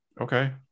okay